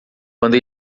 quando